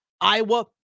Iowa